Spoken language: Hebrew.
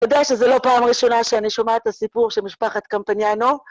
אתה יודע שזו לא פעם ראשונה שאני שומעת את הסיפור של משפחת קמפניינו?